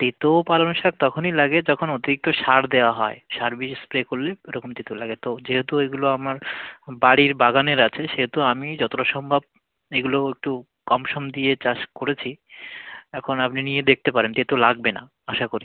তেঁতো পালং শাক তখনই লাগে যখন অতিরিক্ত সার দেওয়া হয় সার বেশি স্প্রে করলে ওরকম তেঁতো লাগে তো যেহেতু এগুলো আমার বাড়ির বাগানের আছে সেহেতু আমি যতোটা সম্ভব এগুলো একটু কম সম দিয়ে চাষ করেছি এখন আপনি নিয়ে দেখতে পারেন তেঁতো লাগবে না আশা করি